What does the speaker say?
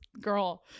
girl